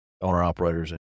owner-operators